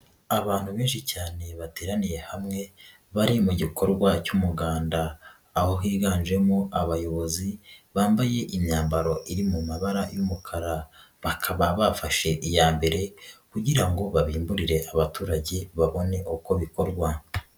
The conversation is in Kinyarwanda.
Abantu benshi cyane bateraniye hamwe, bari mu gikorwa cy'umuganda. Aho higanjemo abayobozi, bambaye imyambaro iri mu mabara y'umukara. Bakaba bafashe iya mbere kugira ngo babimburire abaturage babone uko bikorwa.